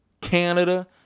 Canada